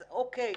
אז אוקיי,